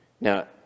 Now